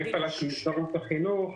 עם אי הפעלה של מסגרות החינוך.